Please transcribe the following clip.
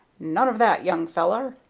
none of that, young feller!